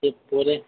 यह पूरे